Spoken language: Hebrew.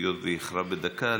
היות שהיא איחרה בדקה,